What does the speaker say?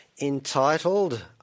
entitled